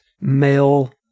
male